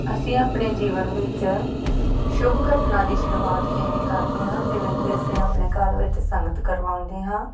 ਅਸੀਂ ਆਪਣੇ ਜੀਵਨ ਵਿੱਚ ਸ਼ੁੱਭ ਘਟਨਾ ਦੀ ਸ਼ੁਰੂਆਤ ਇਵੇਂ ਕਰਦੇ ਹਾਂ ਜਿਵੇਂ ਕਿ ਅਸੀਂ ਆਪਣੇ ਘਰ ਵਿੱਚ ਸੰਗਤ ਕਰਵਾਉਂਦੇ ਹਾਂ